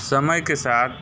समय के साथ